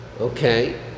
Okay